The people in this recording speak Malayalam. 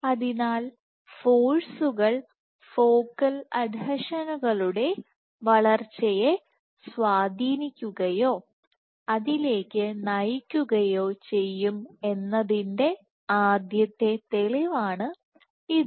അതിനാൽഫോഴ്സുകൾ ഫോക്കൽ അഡ്ഹീഷനുകളുടെ വളർച്ചയെ സ്വാധീനിക്കുകയോ അതിലേക്ക് നയിക്കുകയോ ചെയ്യും എന്നതിൻറെആദ്യത്തെ തെളിവാണ് ഇത്